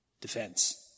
defense